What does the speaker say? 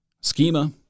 schema